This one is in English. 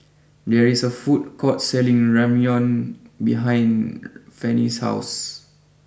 there is a food court selling Ramyeon behind Fannie's house